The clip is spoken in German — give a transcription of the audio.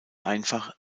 einfach